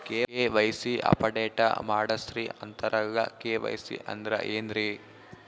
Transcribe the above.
KYC update ಮಾಡಸ್ರೀ ಅಂತರಲ್ಲ KYC ಅಂದ್ರ ಏನ್ರೀ?